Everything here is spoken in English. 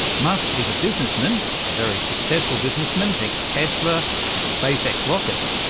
musk is a businessman, a very successful businessman, think tesla and spacex rockets,